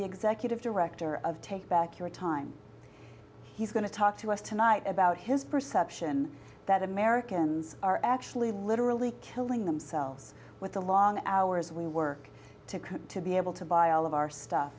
the executive director of take back your time he's going to talk to us tonight about his perception that americans are actually literally killing themselves with the long hours we work to be able to buy all of our stuff